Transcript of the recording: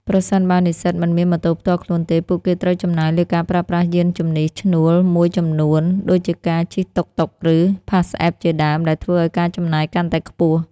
ប្រសិនបើនិស្សិតមិនមានម៉ូតូផ្ទាល់ខ្លួនទេ ពួកគេត្រូវចំណាយលើការប្រើប្រាស់យាន្តជំនិះឈ្នួលមួយចំនួន ដូចជាការជិះតុកតុក ឬ ផាសអេបជាដើម ដែលធ្វើឲ្យការចំណាយកាន់តែខ្ពស់។